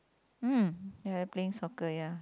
mm ya they playing soccer ya